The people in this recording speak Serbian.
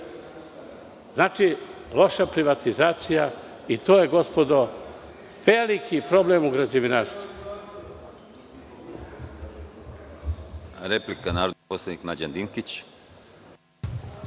Znači, loša privatizacija i to je, gospodo, veliki problem u građevinarstvu.